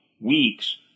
weeks